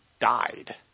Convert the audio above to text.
died